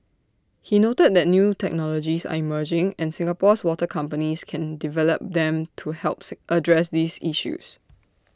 he noted that new technologies are emerging and Singapore's water companies can develop them to help address these issues